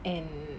and